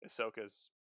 Ahsoka's